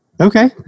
Okay